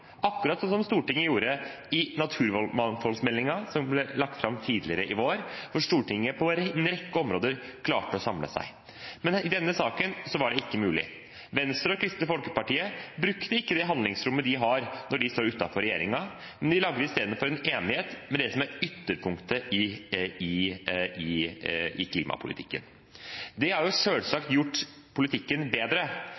akkurat som Stortinget gjorde i forbindelse med naturmangfoldmeldingen som ble lagt fram tidligere i vår, hvor Stortinget på en rekke områder klarte å samle seg. Men i denne saken var det ikke mulig. Venstre og Kristelig Folkeparti brukte ikke det handlingsrommet de har når de står utenfor regjeringen, men de laget isteden en enighet med det som er ytterpunktet i klimapolitikken. Det har